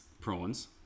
prawns